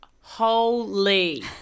holy